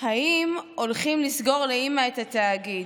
האם הולכים לסגור לאימא את התאגיד.